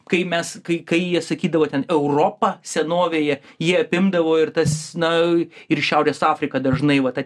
kai mes kai kai jie sakydavo ten europa senovėje jie apimdavo ir tas na ir šiaurės afriką dažnai va ta